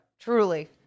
truly